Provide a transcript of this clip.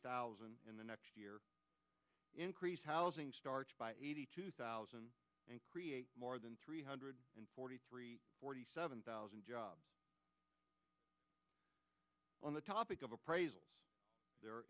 thousand in the next year increase housing starts by eighty two thousand and create more than three hundred and forty three forty seven thousand jobs on the topic of appraisals the